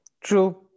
True